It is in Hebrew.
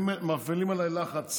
אני רוצה להגיד לך שמפעילים עליי לחץ